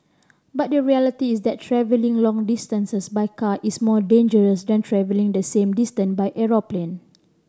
but the reality is that travelling long distances by car is more dangerous than travelling the same distance by aeroplane